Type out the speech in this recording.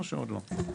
או שעוד לא?